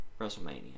WrestleMania